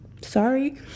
Sorry